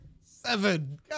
Seven